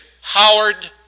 Howard